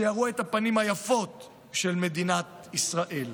שיראו את הפנים היפות של מדינת ישראל.